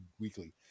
weekly